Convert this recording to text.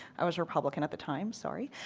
i was a republican at the time, sorry.